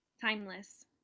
timeless